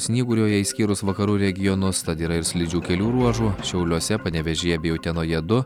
snyguriuoja išskyrus vakarų regionus tad yra ir slidžių kelių ruožų šiauliuose panevėžyje bei utenoje du